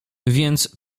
więc